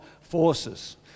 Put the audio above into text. forces